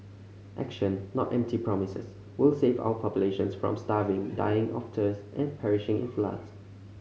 action not empty promises will save our populations from starving dying of thirst and perishing in floods